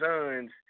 son's